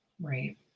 Right